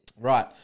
right